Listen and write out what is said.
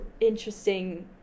interesting